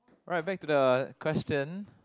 alright back to the question